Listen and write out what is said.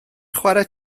chwarae